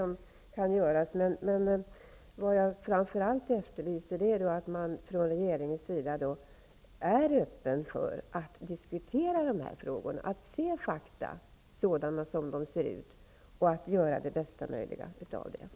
Men jag efterlyser framför allt att regeringen är öppen för att diskutera dessa frågor, att se fakta sådana som de är och att göra det bästa möjliga av det.